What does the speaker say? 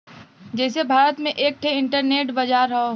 जइसे भारत में एक ठे इन्टरनेट बाजार हौ